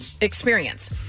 experience